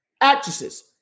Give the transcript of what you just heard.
actresses